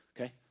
Okay